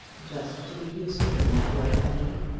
just to be useful in that way, i mean.